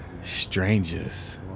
Strangers